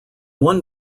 one